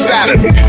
Saturday